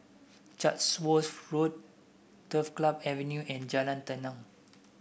Chatsworth Road Turf Club Avenue and Jalan Tenang